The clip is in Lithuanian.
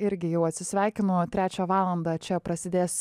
irgi jau atsisveikinu trečią valandą čia prasidės